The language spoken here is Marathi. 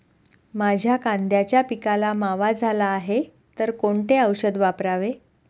माझ्या कांद्याच्या पिकाला मावा झाला आहे तर कोणते औषध वापरावे?